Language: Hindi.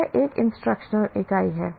वह एक इंस्ट्रक्शनल इकाई है